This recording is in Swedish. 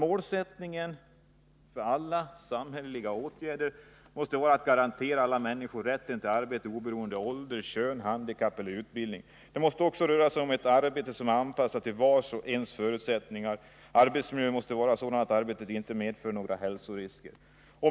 Målsättningen för alla samhälleliga åtgärder måste vara att garantera alla människor rätten till ett arbete oberoende av ålder, kön, handikapp eller utbildning. Det måste också röra sig om ett arbete som är anpassat till vars och ens förutsättningar. Arbetsmiljön måste vara sådan att arbetet inte medför några hälsorisker.